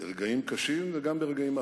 ברגעים קשים וגם ברגעים אחרים,